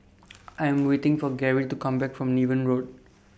I Am waiting For Gary to Come Back from Niven Road